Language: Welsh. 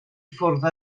ffwrdd